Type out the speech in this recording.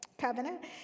covenant